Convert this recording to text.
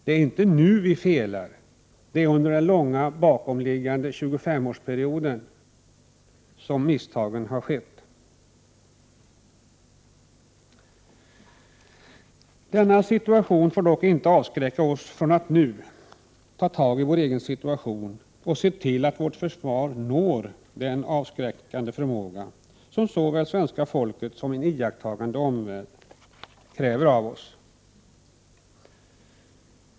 Det är inte nu vi felar, det är under den bakomliggande 25-årsperioden som misstagen har skett. Detta förhållande får dock inte avskräcka oss från att nu ta tag i vår egen situation och se till att vårt försvar når den avskräckande förmåga som såväl svenska folket som en iakttagande omvärld kräver av oss.